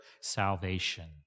salvation